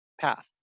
path